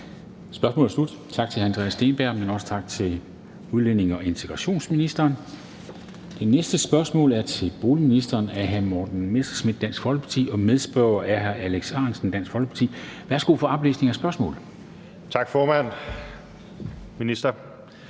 Spørgsmålet er slut. Tak til hr. Andreas Steenberg, og også tak til udlændinge- og integrationsministeren. Det næste spørgsmål (spm. nr. S 76) er til boligministeren af hr. Morten Messerschmidt, Dansk Folkeparti, og medspørger er hr. Alex Ahrendtsen, Dansk Folkeparti. Kl. 14:11 Spm. nr. S 194 28) Til beskæftigelsesministeren